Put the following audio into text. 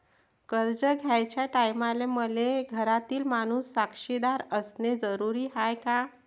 कर्ज घ्याचे टायमाले मले घरातील माणूस साक्षीदार असणे जरुरी हाय का?